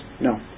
No